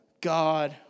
God